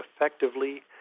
effectively